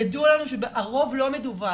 ידוע לנו שהרוב לא מדווח.